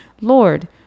Lord